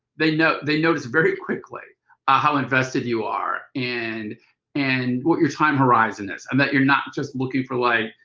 they know, they noticed very quickly ah how invested you are, and and what your time horizon is, and that you're not just looking for like,